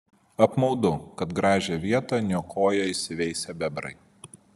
apmaudu kad gražią vietą niokoja įsiveisę bebrai